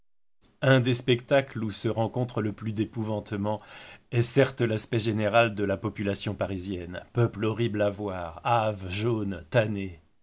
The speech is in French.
un des spectacles où se rencontre le plus d'épouvantement est certes l'aspect général de la population parisienne peuple horrible à voir hâve jaune